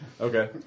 Okay